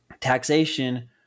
Taxation